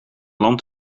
land